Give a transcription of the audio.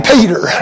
Peter